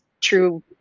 true